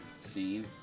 scene